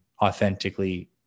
authentically